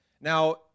Now